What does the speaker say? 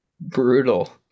Brutal